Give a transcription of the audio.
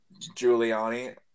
Giuliani